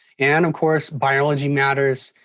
and of course, biology matters.